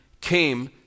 came